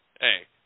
hey